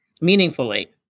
Meaningfully